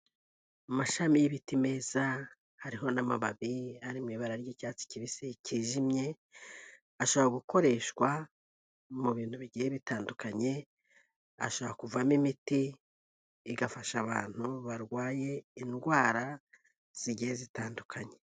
Amashami y'ibiti meza, hariho n'amababi ari mu ibara ry'icyatsi kibisi kijimye, ashobora gukoreshwa mu bintu bigiye bitandukanye, ashobora kuvamo imiti igafasha abantu barwaye indwara zigiye zitandukanye.